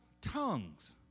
tongues